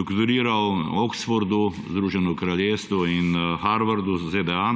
doktoriral je v Oxfordu v Združenem Kraljestvu in Harvardu v ZDA,